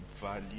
value